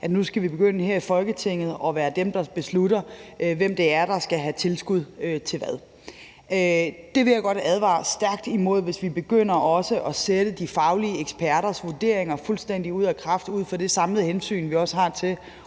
nu skal til at begynde at være dem, der beslutter, hvem det er, der skal have tilskud til hvad. Jeg vil godt advare stærkt imod, at vi begynder at sætte de faglige eksperters vurderinger fuldstændig ud af kraft, og det siger jeg ud fra det samlede hensyn, vi også har til